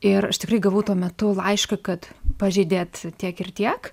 ir aš tikrai gavau tuo metu laišką kad pažeidėt tiek ir tiek